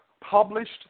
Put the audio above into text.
published